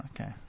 okay